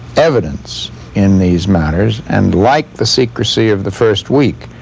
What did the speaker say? evidence in these matters, and like the secrecy of the first week,